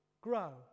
grow